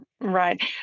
Right